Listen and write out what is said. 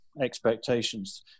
expectations